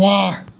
वाह